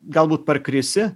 galbūt parkrisi